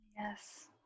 yes